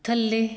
ਥੱਲੇ